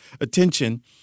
attention